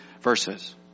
verses